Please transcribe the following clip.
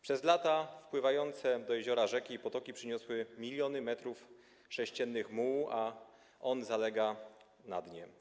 Przez lata wpływające do jeziora rzeki i potoki przynosiły miliony metrów sześciennych mułu, który zalega na dnie.